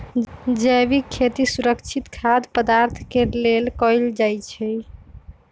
जैविक खेती सुरक्षित खाद्य पदार्थ के लेल कएल जाई छई